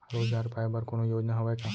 रोजगार पाए बर कोनो योजना हवय का?